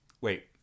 Wait